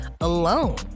alone